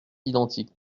identiques